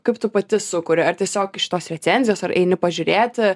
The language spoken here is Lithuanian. kaip tu pati sukuri ar tiesiog iš tos recenzijos ar eini pažiūrėti